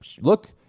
look